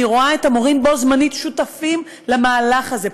אני רואה את המורים בו בזמן שותפים למהלך הזה.